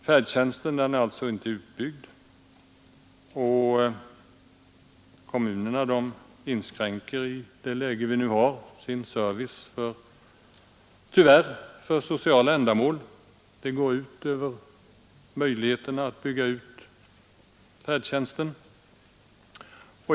Färdtjänsten är alltså inte utbyggd, och kommunerna inskränker tyvärr i det nuvarande läget sin service för sociala ändamål. Det går ut över möjligheterna att bygga ut färdtjänsten.